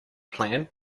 plan